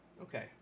okay